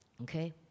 Okay